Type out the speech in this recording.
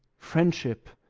friendship,